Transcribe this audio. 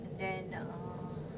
and then err